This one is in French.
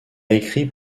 écrit